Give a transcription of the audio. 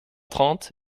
trente